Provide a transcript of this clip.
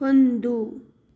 ಹೊಂದು